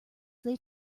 they